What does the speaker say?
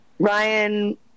Ryan